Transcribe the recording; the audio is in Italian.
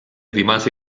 rimase